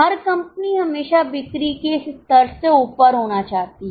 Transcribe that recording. हर company हमेशा बिक्री के इस स्तर से ऊपर होना चाहती है